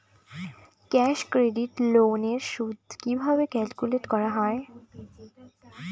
Cash credit loan এর সুদ কিভাবে ক্যালকুলেট করা হয়?